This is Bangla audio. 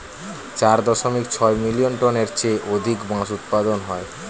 চার দশমিক ছয় মিলিয়ন টনের চেয়ে অধিক বাঁশ উৎপাদন হয়